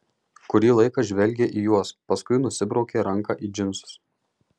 kurį laiką žvelgė į juos paskui nusibraukė ranką į džinsus